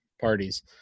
parties